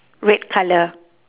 red colour